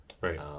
right